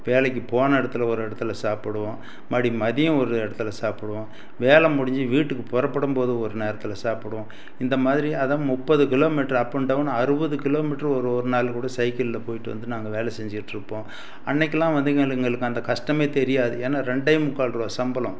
வேலைக்கு போன இடத்துல ஒரு இடத்துல சாப்பிடுவோம் மறுபடி மதியம் ஒரு இடத்துல சாப்பிடுவோம் வேலை முடிஞ்சு வீட்டுக்கு புறப்படும் போது ஒரு நேரத்தில் சாப்பிடுவோம் இந்தமாதிரி அதை முப்பது கிலோமீட்ரு அப் அண்ட் டவுன் அறுபது கிலோமீட்ரு ஒரு ஒரு நாளில் கூட சைக்கிளில் போய்விட்டு வந்து நாங்கள் வேலை செஞ்சுக்கிட்ருப்போம் அன்றைக்குலாம் வந்து எங்களுக்கு அந்த கஷ்டமே தெரியாது ஏன்னால் ரெண்டே முக்கால் ரூபா சம்பளம்